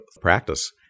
practice